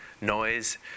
noise